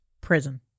Prison